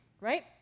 Right